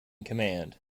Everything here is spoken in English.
command